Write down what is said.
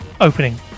opening